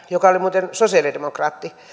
joka oli muuten sosialidemokraatti